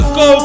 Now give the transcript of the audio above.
go